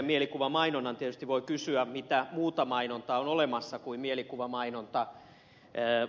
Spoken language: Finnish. tietysti voi kysyä mitä muuta mainontaa on olemassa kuin mielikuvamainontaa